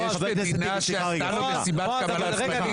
--- שהייתה לו מסיבת קבלת פנים?